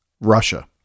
Russia